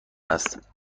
است